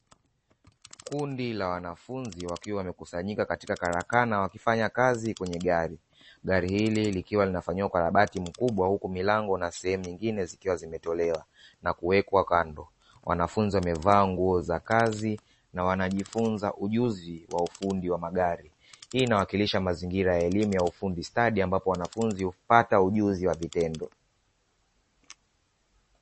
Kundi la wanafunzi, wakiwa wamekusanyika katika karakana wakifanya kazi kwenye gari. Gari hili likiwa linafanyiwa ukarabati mkubwa huku milango na sehemu nyingine zikiwa zimetolewa na kuwekwa kando. Wanafunzi wamevaa nguo za kazi na wanajifunza ujuzi wa ufundi wa magari. Hii inawakilisha mazingira ya elimu ya ufundi stadi, ambapo wanafunzi hupata ujuzi wa vitendo.